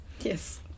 Yes